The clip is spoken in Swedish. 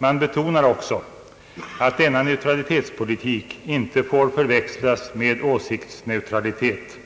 Man betonar också att denna neutralitetspolitik inte får förväxlas med åsiktsneutralitet